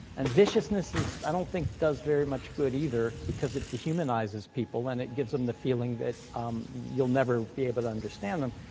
and viciousness is, i don't think does very much good either because it dehumanizes people, and it gives them the feeling that you'll never be able to understand them.